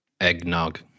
Eggnog